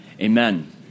Amen